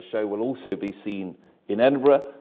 show will also be seen in edinburgh.